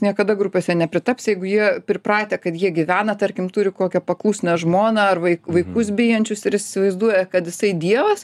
niekada grupėse nepritaps jeigu jie pripratę kad jie gyvena tarkim turi kokią paklusnią žmoną ar vaikus bijančius ir jis įsivaizduoja kad jisai dievas